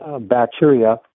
bacteria